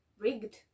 rigged